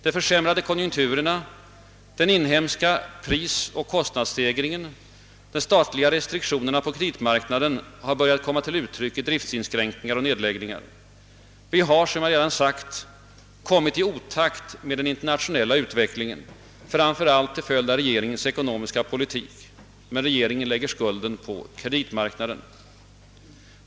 De försämrade konjunkturerna, den inhemska prisoch kostnadsstegringen, de statliga restriktionerna på kapitalmarknaden har börjat komma till uttryck i svåra driftsinskränkningar och företagsnedläggningar. Vi har som redan har sagts kommit i otakt med den industriella utvecklingen framför allt till följd av regeringens ekonomiska politik, men regeringen lägger skulden på kapitalmarknaden.